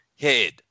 head